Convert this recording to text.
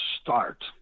start